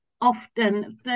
Often